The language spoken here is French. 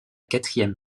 quatrième